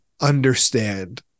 understand